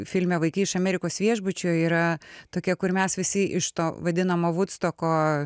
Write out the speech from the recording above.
filme vaikai iš amerikos viešbučio yra tokia kur mes visi iš to vadinamo vudstoko